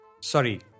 Sorry